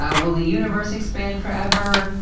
yeah will the universe expand forever?